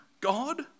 God